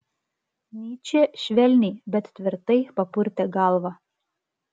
nyčė švelniai bet tvirtai papurtė galvą